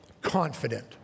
confident